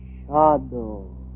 Shadow